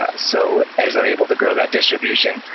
ah so as they're able to grow that distribution,